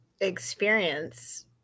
experience